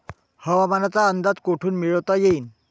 हवामानाचा अंदाज कोठून मिळवता येईन?